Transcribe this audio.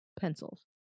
pencils